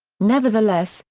nevertheless,